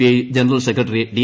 I general secretary D